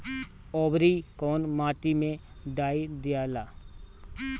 औवरी कौन माटी मे डाई दियाला?